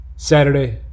saturday